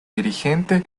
dirigente